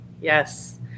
yes